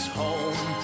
home